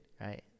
right